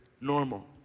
normal